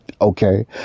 Okay